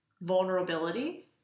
vulnerability